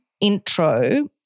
intro